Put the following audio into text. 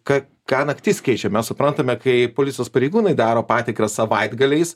ką ką naktis keičia mes suprantame kai policijos pareigūnai daro patikrą savaitgaliais